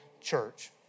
church